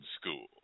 school